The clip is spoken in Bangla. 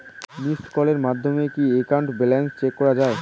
মিসড্ কলের মাধ্যমে কি একাউন্ট ব্যালেন্স চেক করা যায়?